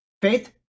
Faith